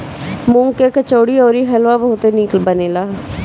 मूंग के कचौड़ी अउरी हलुआ बहुते निक बनेला